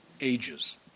ages